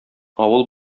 авыл